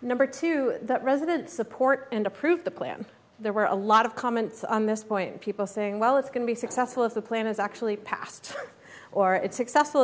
number two the president support and approve the plan there were a lot of comments on this point people saying well it's going to be successful if the plan is actually passed or it's successful